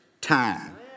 time